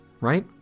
right